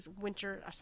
winter